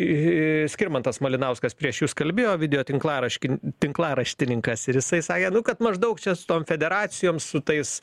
į skirmantas malinauskas prieš jus kalbėjo video tinklaraškin tinklaraštininkas ir jisai sakė kad maždaug čia su tom federacijom su tais